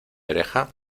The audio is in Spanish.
oreja